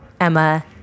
Emma